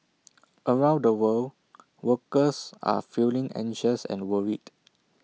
around the world workers are feeling anxious and worried